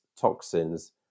toxins